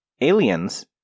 aliens